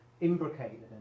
imbricated